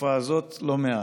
בתקופה הזאת לא מעט.